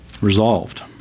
resolved